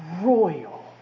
royal